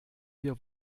wir